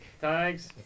Thanks